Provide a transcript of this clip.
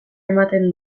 ematen